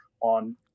on